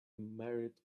married